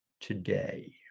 today